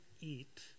eat